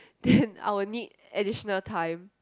then I'll need additional time